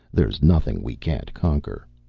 there's nothing we can't conquer.